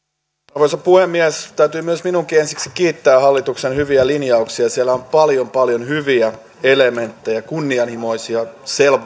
arvoisa puhemies täytyy myös minunkin ensiksi kiittää hallituksen hyviä linjauksia siellä on paljon paljon hyviä elementtejä kunnianhimoisia